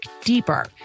deeper